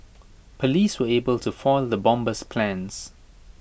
Police were able to foil the bomber's plans